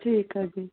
ਠੀਕ ਆ ਜੀ